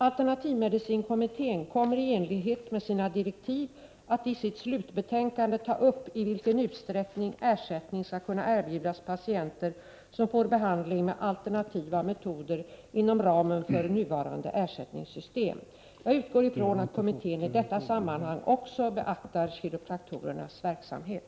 Alternativmedicinkommittén kommer i enlighet med sina direktiv att i sitt slutbetänkande ta upp frågan om i vilken utsträckning ersättning skall kunna erbjudas patienter som får behandling med alternativa metoder inom ramen för nuvarande ersättningssystem. Jag utgår från att kommittén i detta sammanhang också beaktar kiropraktorernas verksamhet.